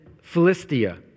Philistia